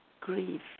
Grief